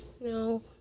No